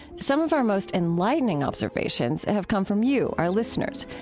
some of our most enlightening observations have come from you, our listeners,